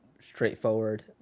straightforward